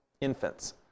infants